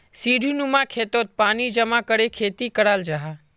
सीढ़ीनुमा खेतोत पानी जमा करे खेती कराल जाहा